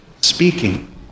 speaking